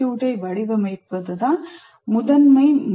C வடிவமைப்பது தான் முதன்மை முறை